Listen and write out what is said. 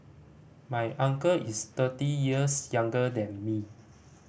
my uncle is thirty years younger than me